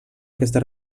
aquesta